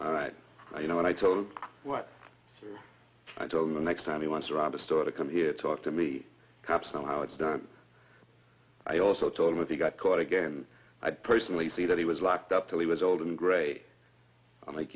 me you know what i told him what i told him the next time he wants to rob a store to come here talk to me cops know how it's done i also told with he got caught again i personally see that he was locked up till he was old and gray